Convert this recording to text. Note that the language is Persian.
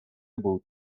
بود